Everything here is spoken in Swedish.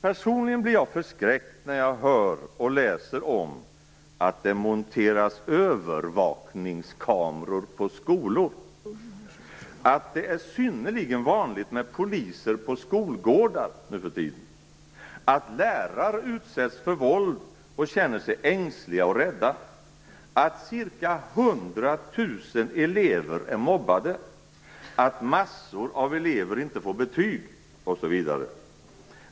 Personligen blir jag förskräckt när jag hör och läser om att det monteras övervakningskameror på skolor, att det är synnerligen vanligt med poliser på skolgårdar nuförtiden, att lärare utsätts för våld och känner sig ängsliga och rädda, att ca 100 000 elever är mobbade, att massor av elever inte får betyg osv.